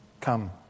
come